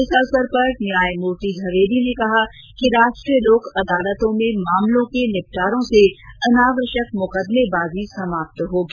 इस मौके पर न्यायमूर्ति झवेरी ने कहा कि राष्ट्रीय लोक अदालत में मामलों के निपटारे से अनावश्यक मुकदमेबाजी समाप्त होगी